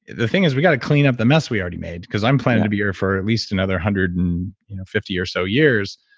the thing is, we got to clean up the mess we already made, because i'm planning to be here for at least another one hundred and fifty or so years.